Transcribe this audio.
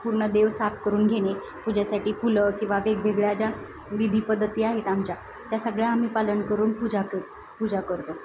पूर्ण देव साफ करून घेणे पूजेसाठी फुलं किंवा वेगवेगळ्या ज्या विधी पद्धती आहेत आमच्या त्या सगळ्या आम्ही पालन करून पूजा क पूजा करतो